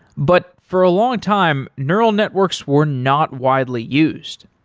but for a long time neural networks were not widely used.